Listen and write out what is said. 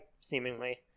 seemingly